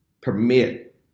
permit